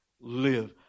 live